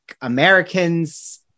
americans